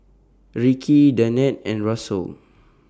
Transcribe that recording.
Rikki Danette and Russel